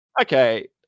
okay